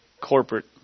corporate